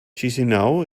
chișinău